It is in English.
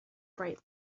bright